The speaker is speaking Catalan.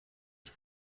els